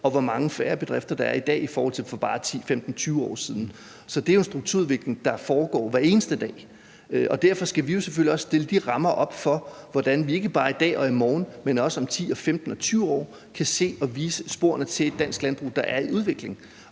og hvor mange færre bedrifter der er i dag i forhold til for bare 10-15-20 år siden. Så det er jo en strukturudvikling, der foregår hver eneste dag. Derfor skal vi selvfølgelig også stille rammer op for, hvordan vi ikke bare i dag og i morgen, men også om 10 og 15 og 20 år, kan se og vise sporene til et dansk landbrug, der er i udvikling.